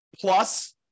plus